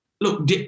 Look